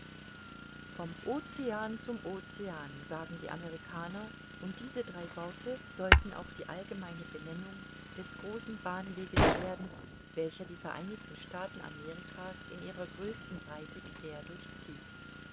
vom ocean zum ocean sagen die amerikaner und diese drei worte sollten auch die allgemeine benennung des großen bahnwegs werden welcher die vereinigten staaten amerika's in ihrer größten breite quer durchzieht